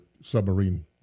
submarine